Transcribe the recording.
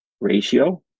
ratio